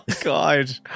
God